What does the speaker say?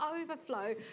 overflow